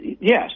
yes